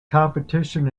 competition